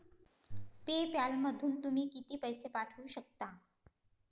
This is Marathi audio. पे पॅलमधून तुम्ही किती पैसे पाठवू शकता?